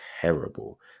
terrible